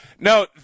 No